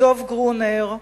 דב גרונר,